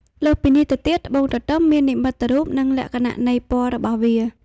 លើសពីនេះទៅទៀតត្បួងទទឹមមាននិមិត្តរូប និងលក្ខណៈនៃពណ៍របស់វា។